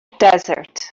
desert